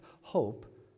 hope